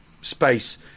space